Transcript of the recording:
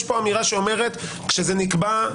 יש פה אמירה שאומרת: כשזה נקבע,